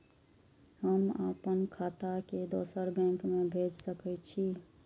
हम आपन खाता के दोसर बैंक में भेज सके छी?